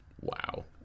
Wow